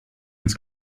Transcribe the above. ins